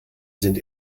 sind